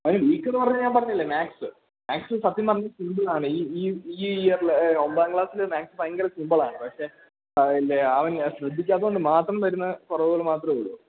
അവന് വീക്കെന്ന് പറഞ്ഞാല് ഞാന് പറഞ്ഞില്ലേ മാത്സ് മാത്സിൽ സത്യം പറഞ്ഞാല് സിംപിളാണ് ഈ ഈ ഈ ഇയറില് ഒമ്പതാം ക്ലാസ്സില് മാത്സ് ഭയങ്കരം സിമ്പിളാണ് പക്ഷേ അവൻ ശ്രദ്ധിക്കാത്തതുകൊണ്ട് മാത്രം വരുന്ന കുറവുകള് മാത്രമേയുള്ളൂ